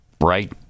Right